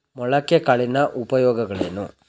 ಮೊಳಕೆ ಕಾಳಿನ ಉಪಯೋಗಗಳೇನು?